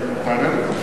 תענה לי.